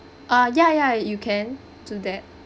uh ya ya you can do that